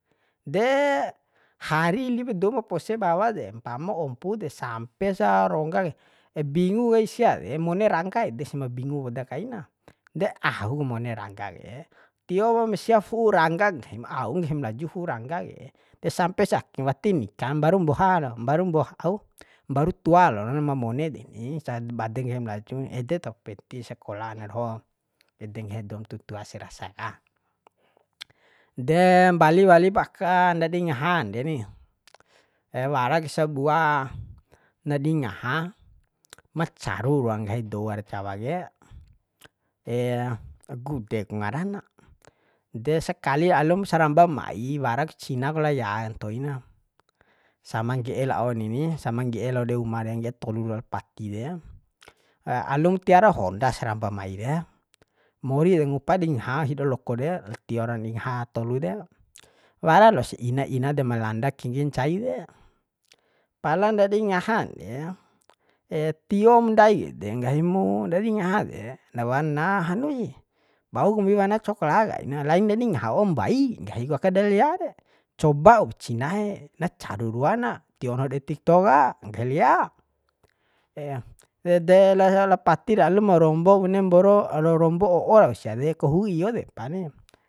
De hari lipu doum pose bawa de mpama ompu de sampesa riongga kai bingu kai ebingu kai sia re mone rangga ede sih ma bingu poda kaina de au ku mone rangga ke tiopom sia fu'u rangga nggahim au nggahim laju fu'u rangga ke de sampes ake wati nikam mbaru mboha lo mbaru mboha au mbaru tua lon ma mone deni sa bade kai nggahim laju ede taho penti sakola ana doho ede nggahi doum tutua se rasa ka de mbali wali pa aka ndadi ngaha ande ni warak sabua nadi ngaha ma caru ruan nggahi dou ara jawa ke gude ku ngara na de sakali alum saramba mai warak cinak la ya ntoi na sama ngge'e la'o neni sama ngge'e lao dei uma de ngge'e tolu lao la pati re alum tiara honda saramba mai re mori re ngupa di ngaha hido loko re tioro di ngaha tolu de wara los ina ina de ma lana kengge ncai de pala ndadi ngahan de tiom ndaik de nggahi mu dadi ngaha de na warna hanu si bau kombi wana cokla kaina lain dadi ngaha waum mbai nggahi ku aka del ya de coba up cinae na caru ruana tio nahu dei tikto ka nggahi la ya ede laosa la pati re alum rombo bune mboro rombo o'o rau sia de ka hu iyo depa ni